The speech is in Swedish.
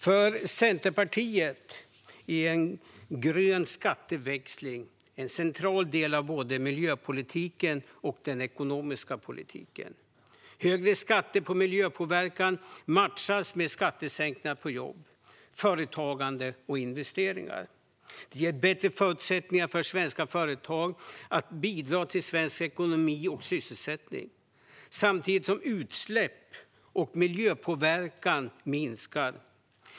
För Centerpartiet är grön skatteväxling en central del av både miljöpolitiken och den ekonomiska politiken. Högre skatter på miljöpåverkan matchas med skattesänkningar på jobb, företagande och investeringar. Det ger bättre förutsättningar för svenska företag att bidra till svensk ekonomi och sysselsättning samtidigt som utsläpp och miljöpåverkan minskar.